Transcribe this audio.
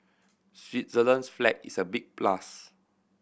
Switzerland's flag is a big plus